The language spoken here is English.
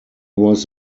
was